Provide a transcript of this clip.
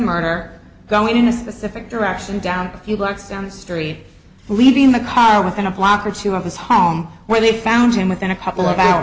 murder going in a specific direction down a few blocks down the story leaving the car within a block or two of his home where they found him within a couple of hours